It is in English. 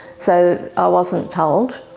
so i wasn't told.